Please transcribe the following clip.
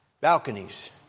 balconies